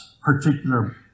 particular